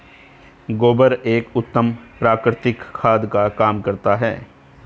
गोबर एक उत्तम प्राकृतिक खाद का काम करता है